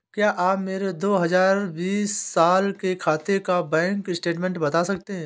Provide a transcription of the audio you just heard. क्या आप मेरे दो हजार बीस साल के खाते का बैंक स्टेटमेंट बता सकते हैं?